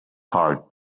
heart